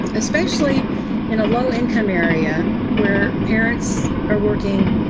especially in a low income area where parents are working,